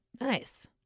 Nice